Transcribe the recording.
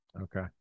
Okay